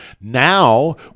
Now